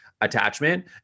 attachment